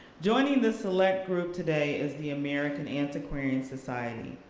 joining this select group today is the american antiquarian society.